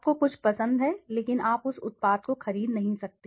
आपको कुछ पसंद है लेकिन आप उस उत्पाद को खरीद नहीं सकते